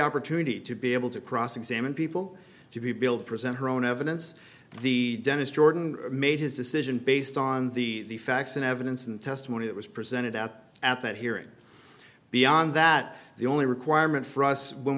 opportunity to be able to cross examine people to build present her own evidence the dennis jordan made his decision based on the facts and evidence and testimony that was presented out at that hearing beyond that the only requirement for us when